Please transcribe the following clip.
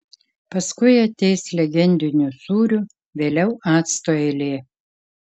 paskui ateis legendinių sūrių vėliau acto eilė